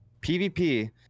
PVP